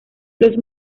los